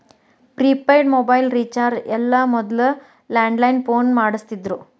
prepaid mobile recharge ಎಲ್ಲ ಮೊದ್ಲ landline phone ಮಾಡಸ್ತಿದ್ರು